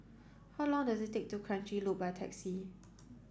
how long does it take to Kranji Loop by taxi